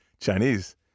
Chinese